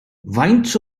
faint